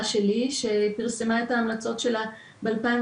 שלי ופרסמה את ההמלצות שלה ב-2019,